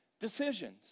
decisions